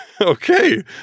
Okay